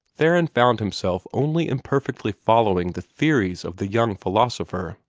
theron found himself only imperfectly following the theories of the young philosopher.